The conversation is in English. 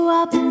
up